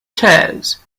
chairs